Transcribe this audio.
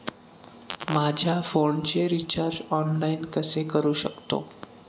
माझ्या फोनचे recharge online कसे करू शकतो?